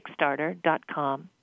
kickstarter.com